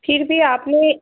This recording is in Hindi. फ़िर भी आपने